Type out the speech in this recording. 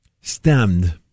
stemmed